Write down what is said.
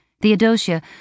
Theodosia